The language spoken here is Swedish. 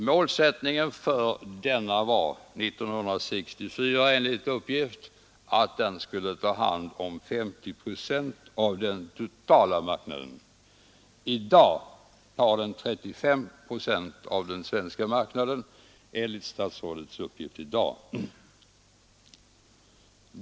Målsättningen för företaget var 1964 enligt uppgift att det skulle ta hand om 50 procent av den totala marknaden. I dag har företaget 35 procent av den svenska marknaden enligt statsrådets uppgift i interpellationssvaret.